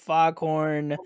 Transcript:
Foghorn